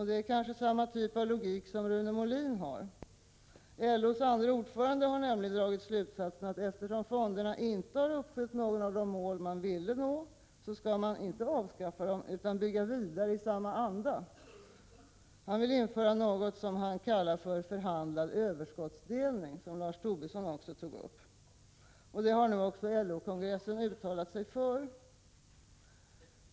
Det är kanske samma typ av logik som Rune Molin har tillämpat. LO:s andre ordförande har nämligen dragit slutsatsen att eftersom fonderna inte har uppfyllt något av de mål man skulle nå, så skall man inte avskaffa dem utan bygga vidare i samma anda. Han vill införa något som han kallar för ”förhandlad överskottsdelning” — vilket Lars Tobisson också tog upp. Detta förslag har nu även LO-kongressen uttalat sig för.